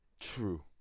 True